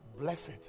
Blessed